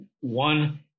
one